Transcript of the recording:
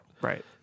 Right